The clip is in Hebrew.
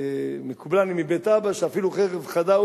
מקובלני מבית אבא שאפילו חרב חדה,